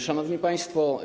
Szanowni Państwo!